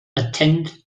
attend